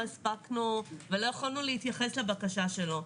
לא יכולנו להתייחס לבקשה שלו.